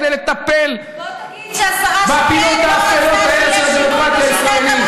כדי לטפל בפינות האפלות האלה של הדמוקרטיה הישראלית.